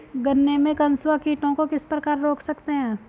गन्ने में कंसुआ कीटों को किस प्रकार रोक सकते हैं?